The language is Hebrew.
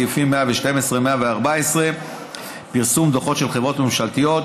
סעיפים 112 ו-114 (פרסום דוחות של חברות ממשלתיות).